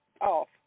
off